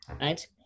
right